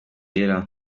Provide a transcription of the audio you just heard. yera